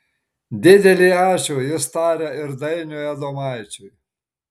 didelį ačiū jis taria ir dainiui adomaičiui